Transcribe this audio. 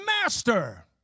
Master